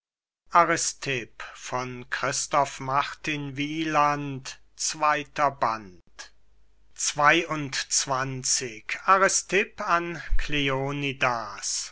nahmen christoph martin wieland i aristipp an